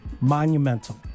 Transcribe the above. Monumental